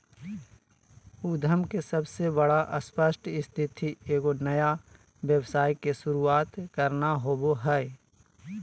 उद्यम के सबसे बड़ा स्पष्ट स्थिति एगो नया व्यवसाय के शुरूआत करना होबो हइ